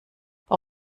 bei